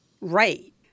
right